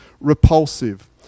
repulsive